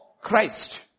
Christ